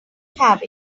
have